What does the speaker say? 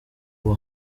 www